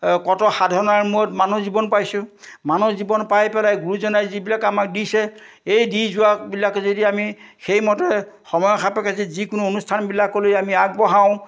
কত সাধনাৰ মূৰত মানুহ জীৱন পাইছোঁ মানুহ জীৱন পাই পেলাই গুৰুজনাই যিবিলাক আমাক দিছে এই দি যোৱাবিলাক যদি আমি সেইমতে সময় সাপেক্ষে যদি যিকোনো অনুষ্ঠানবিলাকলৈ আমি আগবঢ়াওঁ